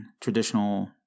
traditional